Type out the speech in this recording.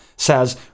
says